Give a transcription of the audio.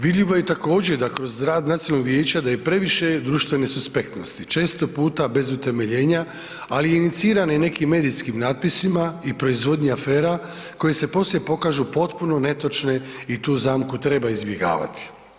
Vidljivo je također da kroz rad nacionalnog vijeća da je previše društvene suspektnosti često puta bez utemeljenja, ali inicirane nekim medijskim natpisima i proizvodnji afera koje se poslije pokažu potpuno netočne i tu zamku treba izbjegavati.